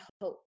hope